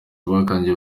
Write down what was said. babanje